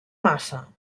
maça